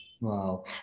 Wow